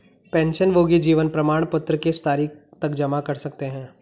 पेंशनभोगी जीवन प्रमाण पत्र किस तारीख तक जमा कर सकते हैं?